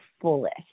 fullest